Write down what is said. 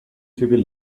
civil